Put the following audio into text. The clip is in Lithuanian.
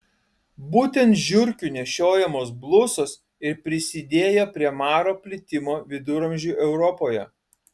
būtent žiurkių nešiojamos blusos ir prisidėjo prie maro plitimo viduramžių europoje